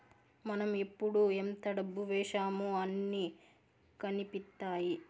మనం ఎప్పుడు ఎంత డబ్బు వేశామో అన్ని కనిపిత్తాయి